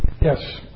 Yes